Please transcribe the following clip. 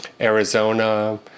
Arizona